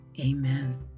Amen